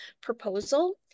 proposal